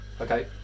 Okay